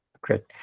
Great